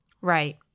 Right